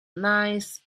nice